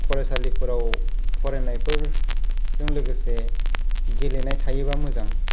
फरायसालिफ्राव फरायनायफोरजों लोगोसे गेलेनाय थायोबा मोजां